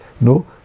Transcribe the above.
No